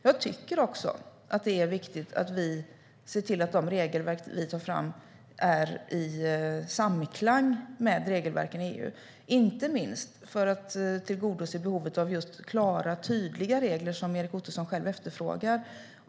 Det är också viktigt att de regelverk vi tar fram är i samklang med regelverken i EU, inte minst för att tillgodose behovet av klara och tydliga regler, något som Erik Ottoson själv efterfrågar.